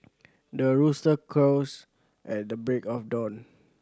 the rooster crows at the break of dawn